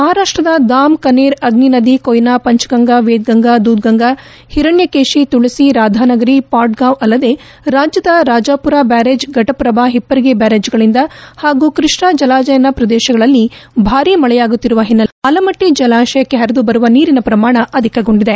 ಮಹಾರಾಷ್ಟದ ಧಾಮ್ ಕನೇರ್ ಅಗ್ತಿ ನದಿ ಕೊಯ್ಲಾ ಪಂಚ್ಗಂಗಾ ವೇದ್ಗಂಗಾ ದೂದ್ಗಂಗಾ ಹಿರಣ್ಯಕೇಡಿ ತುಳಸಿ ರಾಧಾನಗರಿ ಪಾಟ್ಗಾಂವ್ ಅಲ್ಲದೇ ರಾಜ್ಯದ ರಾಜಾಪುರ ಬ್ಯಾರೇಜ್ ಫಟಪ್ರಭಾ ಹಿಪ್ಸರಗಿ ಬ್ಕಾರೇಜ್ಗಳಿಂದ ಹಾಗೂ ಕ್ಕಷ್ನಾ ಜಲಾನಯನ ಪ್ರದೇಶಗಳಲ್ಲಿ ಭಾರೀ ಮಳೆಯಾಗುತ್ತಿರುವ ಹಿನ್ನೆಲೆಯಲಿ ಆಲಮಟ್ಟಿ ಜಲಾಶಯಕ್ಕೆ ಹರಿದು ಬರುವ ನೀರಿನ ಪ್ರಮಾಣ ಅಧಿಕಗೊಂಡಿದೆ